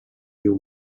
diu